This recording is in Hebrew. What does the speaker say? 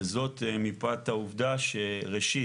וזאת מפאת העובדה שראשית,